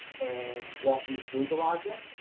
and walk you through the logic,